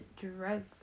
drug